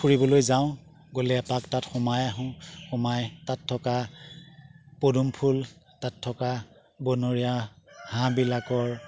ফুৰিবলৈ যাওঁ গ'লে এপাক তাত সোমাই আহোঁ সোমাই তাত থকা পদুম ফুল তাত থকা বনৰীয়া হাঁহবিলাকৰ